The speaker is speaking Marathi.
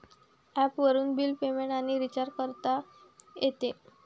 ॲपवरून बिल पेमेंट आणि रिचार्ज करता येते